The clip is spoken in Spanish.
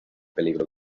peligro